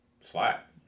slap